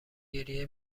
گریه